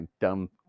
dumb